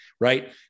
Right